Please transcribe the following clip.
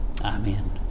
Amen